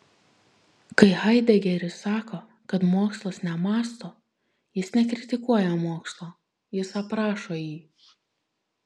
kai haidegeris sako kad mokslas nemąsto jis nekritikuoja mokslo jis aprašo jį